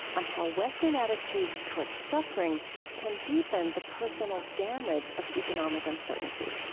on how western attitudes toward suffering can deepen the personal damage of economic uncertainty.